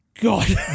God